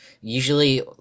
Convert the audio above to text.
Usually